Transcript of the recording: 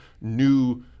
new